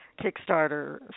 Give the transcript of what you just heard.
Kickstarter